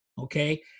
Okay